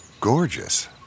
gorgeous